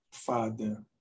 Father